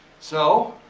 so,